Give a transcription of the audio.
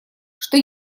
что